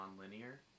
non-linear